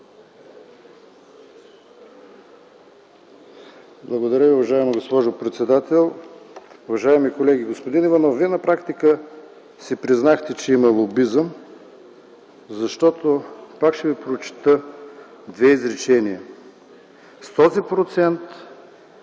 Благодаря Ви, уважаема госпожо председател. Уважаеми колеги! Господин Иванов, Вие на практика признахте, че има лобизъм, защото пак ще Ви прочета две изречения: „С този процент